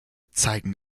zeigen